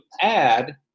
add